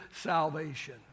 salvation